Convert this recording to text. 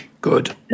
Good